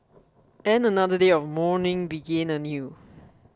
and another day of mourning began anew